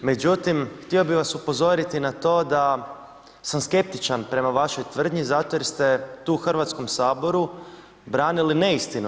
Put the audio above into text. Međutim htio bih vas upozoriti na to da sam skeptičan prema vašoj tvrdnji zato jer ste tu u Hrvatskom saboru branili neistinu.